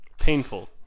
Painful